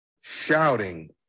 shouting